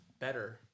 better